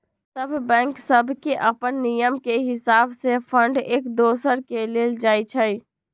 सभ बैंक सभके अप्पन नियम के हिसावे से फंड एक दोसर के देल जाइ छइ